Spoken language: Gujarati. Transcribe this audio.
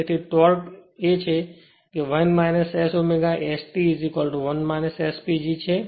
તેનો અર્થ છે 1 S ω S T 1 S PG છે